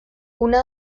una